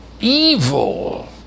evil